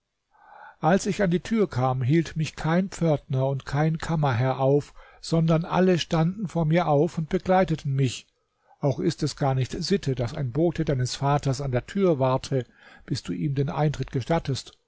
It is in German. als ich an die tür kam hielt mich kein pförtner und kein kammerherr auf sondern alle standen vor mir auf und begleiteten mich auch ist es gar nicht sitte daß ein bote deines vaters an der tür warte bis du ihm den eintritt gestattest